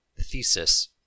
thesis